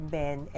men